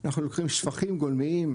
אנחנו לוקחים שפכים גולמיים,